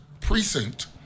precinct